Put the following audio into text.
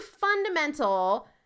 fundamental